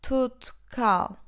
Tutkal